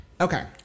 Okay